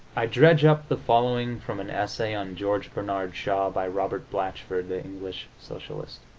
i dredge up the following from an essay on george bernard shaw by robert blatchford, the english socialist